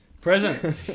Present